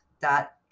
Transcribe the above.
dot